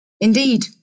Indeed